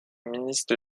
ministre